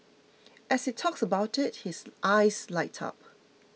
as he talks about it his eyes light up